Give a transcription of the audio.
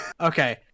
Okay